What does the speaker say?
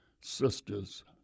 sister's